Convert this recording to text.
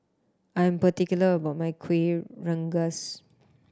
I'm particular about my Kuih Rengas